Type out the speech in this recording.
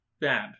bad